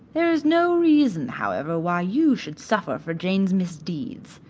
there is no reason, however, why you should suffer for jane's misdeeds.